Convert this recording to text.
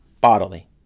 bodily